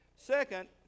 Second